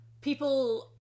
people